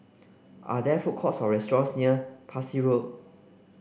are there food courts or restaurants near Parsi Road